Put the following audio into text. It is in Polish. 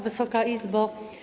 Wysoka Izbo!